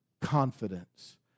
confidence